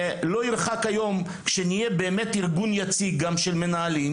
ולא ירחק היום שבו נהיה ארגון יציג גם של מנהלים,